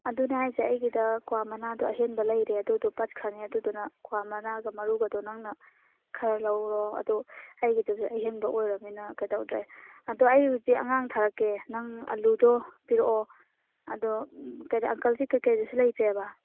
ꯑꯗꯨꯅꯦ ꯍꯥꯏꯁꯦ ꯑꯩꯒꯤꯗ ꯀ꯭ꯋꯥ ꯃꯅꯥꯗꯣ ꯑꯍꯦꯟꯕ ꯂꯩꯔꯦ ꯑꯗꯨꯗꯨ ꯄꯠꯈ꯭ꯔꯅꯤ ꯑꯗꯨꯗꯨꯅ ꯀ꯭ꯋꯥ ꯃꯅꯥꯒ ꯃꯔꯨꯒꯗꯣ ꯅꯪꯅ ꯈꯔ ꯂꯧꯔꯣ ꯑꯗꯨ ꯑꯩꯒꯤꯗꯁꯨ ꯑꯍꯦꯟꯕ ꯑꯣꯏꯔꯝꯅꯤꯅ ꯀꯩꯗꯧꯗ꯭ꯔꯦ ꯑꯗꯣ ꯑꯩ ꯍꯧꯖꯤꯛ ꯑꯉꯥꯡ ꯊꯥꯔꯛꯀꯦ ꯅꯪ ꯑꯂꯨꯗꯣ ꯄꯤꯔꯛꯑꯣ ꯑꯗꯣ ꯀꯩꯅꯣ ꯑꯪꯀꯜ ꯆꯤꯞ ꯀꯩꯀꯩꯗꯨꯁꯨ ꯂꯩꯇ꯭ꯔꯦꯕ